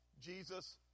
Jesus